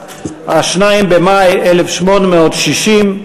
2 במאי 1860,